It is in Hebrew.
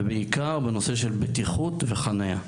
בעיקר בכל הקשור לנושאי הבטיחות והחנייה.